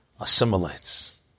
Assimilates